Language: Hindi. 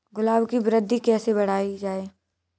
गुलाब की वृद्धि कैसे बढ़ाई जाए?